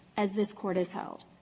as this court has held.